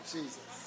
Jesus